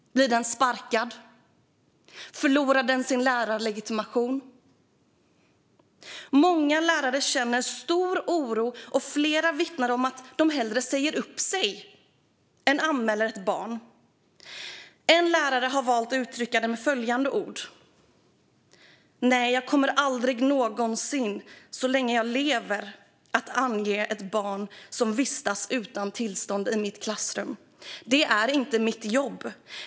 Blir den sparkad? Förlorar den sin lärarlegitimation? Många lärare känner stor oro, och flera vittnar om att de hellre säger upp sig än anmäler ett barn. En lärare har valt att uttrycka det med följande ord: "Nej, jag kommer aldrig någonsin så länge jag lever att ange ett barn som vistas utan tillstånd i mitt klassrum. Det är inte mitt jobb.